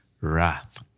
wrath